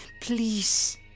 Please